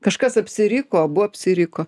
kažkas apsiriko abu apsiriko